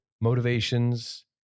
motivations